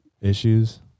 issues